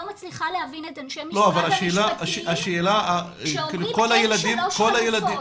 לא מצליחה להבין את אנשי משרד המשפטים שאומרים שאין שלוש חלופות.